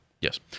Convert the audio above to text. Yes